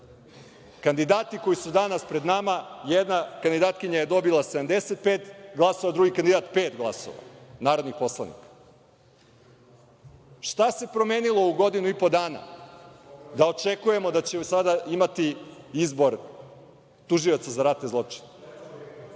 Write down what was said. Kandidati koji su danas pred nama, jedna kandidatkinja je dobila 75 glasova, drugi kandidat pet glasova narodnih poslanika. Šta se promenilo u godinu i po dana da očekujemo da će sada imati izbor Tužioca za ratne zločine?